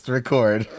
record